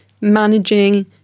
managing